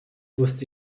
wusste